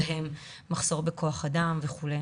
מחסור בכוח אדם וכו'.